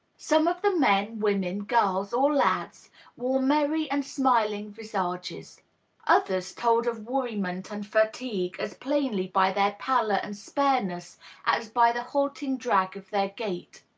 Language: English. some of the men, women, girls or lads wore merry and smiling visages others told of worriment and fatigue as plainly by their pallor and spareness as by the halting drag of their gait.